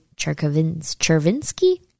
Chervinsky